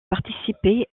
participer